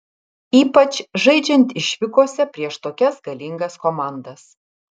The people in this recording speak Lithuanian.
ypač žaidžiant išvykose prieš tokias galingas komandas